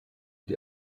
die